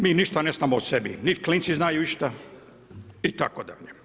Mi ništa ne znam o sebi, nit klinci znaju išta, itd.